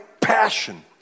passion